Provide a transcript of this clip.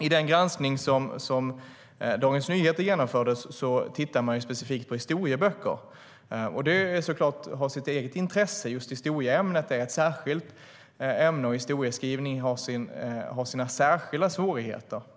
I den granskning som Dagens Nyheter genomförde tittade man specifikt på historieböcker, och det har såklart sitt eget intresse. Just historieämnet är ett särskilt ämne, och historieskrivning har sina särskilda svårigheter.